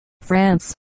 France